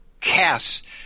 cast